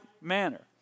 manner